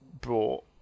brought